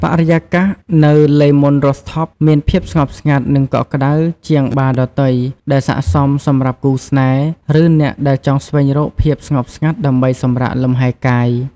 បរិយាកាសនៅ លេ មូន រូហ្វថប (Le Moon Rooftop) មានភាពស្ងប់ស្ងាត់ និងកក់ក្ដៅជាងបារដទៃ ដែលស័ក្តិសមសម្រាប់គូស្នេហ៍ ឬអ្នកដែលចង់ស្វែងរកភាពស្ងប់ស្ងាត់ដើម្បីសម្រាកលំហែកាយ។